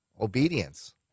obedience